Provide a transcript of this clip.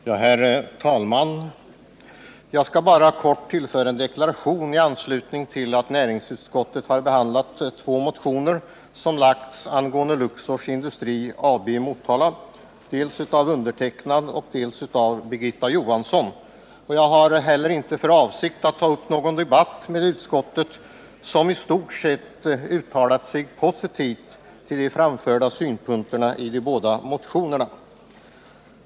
Herr talman! Jag skall bara kort göra en deklaration med anledning av att näringsutskottet behandlat två motioner angående Luxor Industri AB i Motala, som väckts av mig och Birgitta Johansson. Jag har inte för avsikt att ta upp någon debatt med utskottet, som i stort uttalat sig positivt över de i de båda motionerna framförda synpunkterna.